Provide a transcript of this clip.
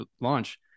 launch